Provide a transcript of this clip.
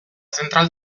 zentral